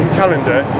calendar